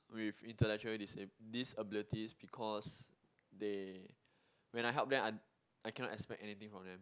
with intelectually disabled disabilities because they when I help them I Icannot expect anyhting from them